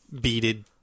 beaded